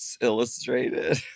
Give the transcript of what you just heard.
Illustrated